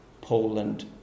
Poland